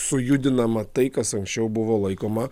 sujudinama tai kas anksčiau buvo laikoma